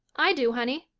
i do, honey.